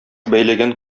бәйләгән